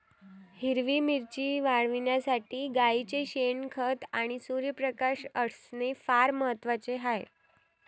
हिरवी मिरची वाढविण्यासाठी गाईचे शेण, खत आणि सूर्यप्रकाश असणे फार महत्वाचे आहे